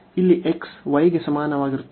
ಇಲ್ಲಿ x y ಗೆ ಸಮನಾಗಿರುತ್ತದೆ